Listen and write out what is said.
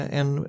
en